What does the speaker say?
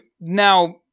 now